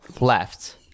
left